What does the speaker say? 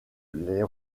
les